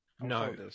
No